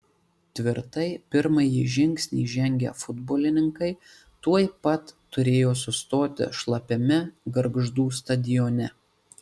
tvirtai pirmąjį žingsnį žengę futbolininkai tuoj pat turėjo sustoti šlapiame gargždų stadione